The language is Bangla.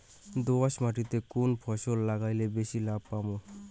দোয়াস মাটিতে কুন ফসল লাগাইলে বেশি লাভ পামু?